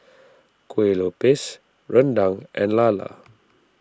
Kueh Lupis Rendang and Lala